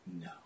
no